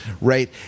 right